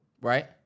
Right